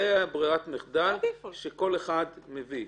ברירת המחדל היא שכל אחד מביא.